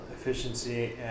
efficiency